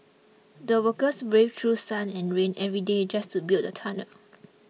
the workers braved through sun and rain every day just to build the tunnel